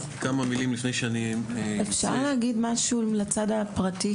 כמה מילים לפני שאני יוצא --- אפשר להגיד משהו לצד הפרטי?